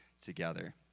together